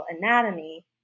anatomy